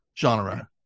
genre